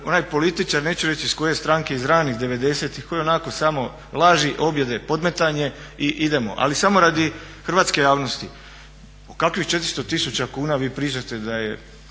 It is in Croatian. jedan političar neću reći iz koje stranke, iz ranih '90-ih koji onako samo laži, objede, podmetanje i idemo. Ali samo radi hrvatske javnosti, o kakvih 400 tisuća kuna vi pričate da je